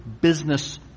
business